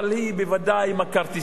אבל היא בוודאי מקארתיסטית.